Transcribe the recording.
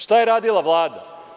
Šta je radila Vlada?